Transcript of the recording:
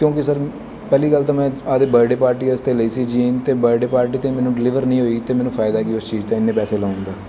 ਕਿਉਂਕਿ ਸਰ ਪਹਿਲੀ ਗੱਲ ਤਾਂ ਮੈਂ ਆਪਣੇ ਬਰਡੇ ਪਾਰਟੀ ਵਾਸਤੇ ਲਈ ਸੀ ਜੀਨ ਅਤੇ ਬਰਡੇ ਪਾਰਟੀ 'ਤੇ ਮੈਨੂੰ ਡਿਲੀਵਰ ਨਹੀਂ ਹੋਈ ਤਾਂ ਮੈਨੂੰ ਫਾਇਦਾ ਕੀ ਉਸ ਚੀਜ਼ ਦਾ ਇੰਨੇ ਪੈਸੇ ਲਾਉਣ ਦਾ